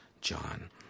John